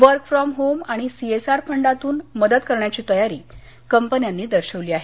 work from home आणि CSR फंडातून मदत करण्याची तयारी कंपन्यांनी दर्शवली आहे